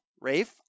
Rafe